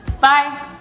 Bye